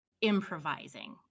improvising